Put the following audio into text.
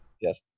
Yes